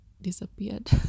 disappeared